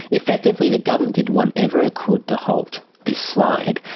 effectively the government did whatever it could to halt this slide.